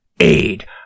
aid